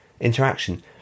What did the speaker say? interaction